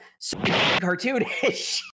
cartoonish